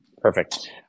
Perfect